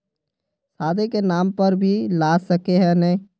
शादी के नाम पर भी ला सके है नय?